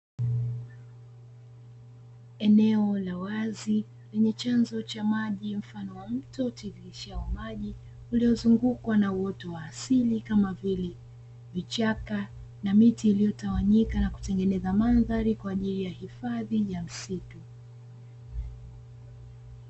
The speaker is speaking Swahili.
Eneo la wazi lenye chanzo cha maji mfano wa mto utiririshao maji, uliozungukwa na uoto wa asili kama vile; vichaka na miti iliyotawanyika na kutengeneza mandhari kwa ajili ya hifadhi ya msitu.